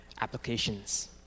applications